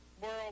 world